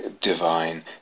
divine